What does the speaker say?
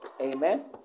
Amen